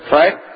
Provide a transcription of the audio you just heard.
right